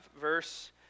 verse